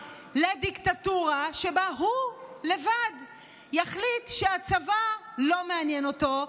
לדיקטטורה שבה שהוא יחליט לבד שהצבא לא מעניין אותו,